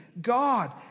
God